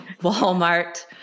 Walmart